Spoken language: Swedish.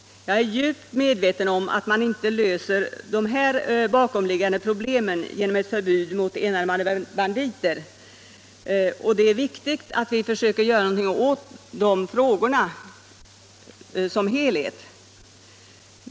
Jag är djupt medveten om att man inte löser de bakomliggande problemen genom ett förbud mot enarmade banditer, och det är viktigt att vi försöker göra något åt dessa problem som helhet.